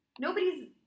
Nobody's